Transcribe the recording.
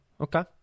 Okay